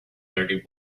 thirty